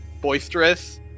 boisterous